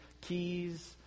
keys